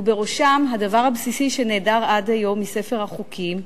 ובראשם הדבר הבסיסי שנעדר עד היום מספר החוקים,